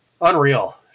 unreal